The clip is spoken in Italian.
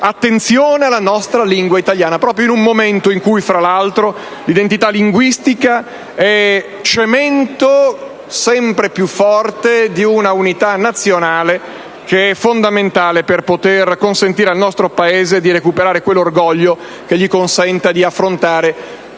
l'attenzione alla nostra lingua italiana, proprio in un momento in cui, fra l'altro, l'eredità linguistica è cemento sempre più forte di un'unità nazionale che è fondamentale per poter consentire al nostro Paese di recuperare quell'orgoglio che gli consenta di affrontare